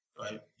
right